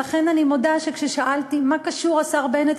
ולכן אני מודה שכששאלתי מה קשור השר בנט,